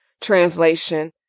translation